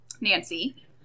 Nancy